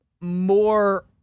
more